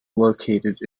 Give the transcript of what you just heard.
located